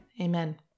amen